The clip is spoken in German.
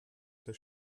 der